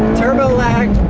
turbo lag,